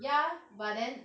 ya but then